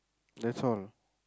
that's all